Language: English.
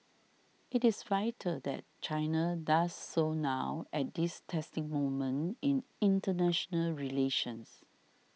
it is vital that China does so now at this testing moment in international relations